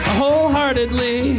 wholeheartedly